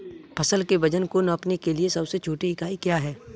फसल के वजन को नापने के लिए सबसे छोटी इकाई क्या है?